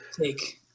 take